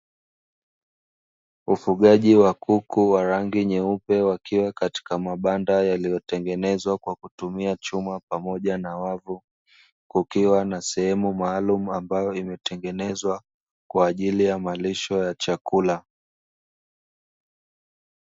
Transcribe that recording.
Ufugaji wa kuku wa rangi nyeupe wakiwa katika mabanda yaliyotengenezwa kwa kutumia chuma pamoja na wavu, kukiwa na sehemu maalumu ambayo imetengenezwa kwa ajili ya malisho ya chakula.